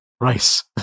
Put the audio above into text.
Rice